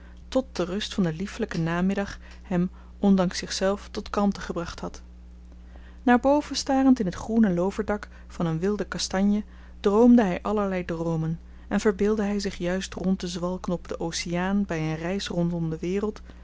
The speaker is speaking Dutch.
tot de rust van den liefelijken namiddag hem ondanks zichzelf tot kalmte gebracht had naar boven starend in het groene looverdak van een wilde kastanje droomde hij allerlei droomen en verbeeldde hij zich juist rond te zwalken op den oceaan bij een reis rondom de wereld